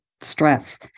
stress